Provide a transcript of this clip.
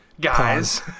guys